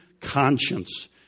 conscience